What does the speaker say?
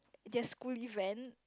their school event